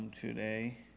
Today